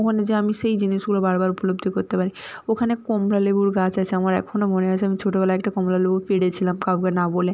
ওখানে যেয়ে আমি সেই জিনিসগুলো বারবার উপলব্ধি করতে পারি ওখানে কমলা লেবুর গাছ আছে আমার এখনো মনে আছে আমি ছোটবেলায় একটা কমলা লেবু পেরেছিলাম কাউকে না বলে